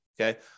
Okay